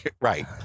Right